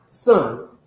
son